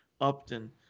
Upton